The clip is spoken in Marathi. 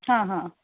हां हां